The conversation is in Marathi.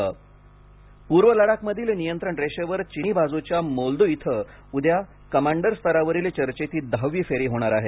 भारत चीन पूर्व लडाखमधील नियंत्रणरेषेवर चिनी बाजूच्या मोल्दो इथं उद्या कमांडर स्तरावरील चर्चेची दहावी फेरी होणार आहे